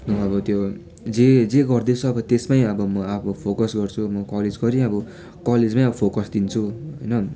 अब त्यो जे जे गर्दैछु त्यसमै अब म अब फोकस गर्छु म कलेज गरी अब कलेजमै अब फोकस दिन्छु होइन